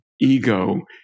ego